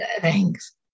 thanks